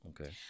Okay